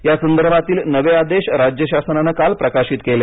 या संदर्भातील नवे आदेश राज्य शासनानं काल प्रकाशित केले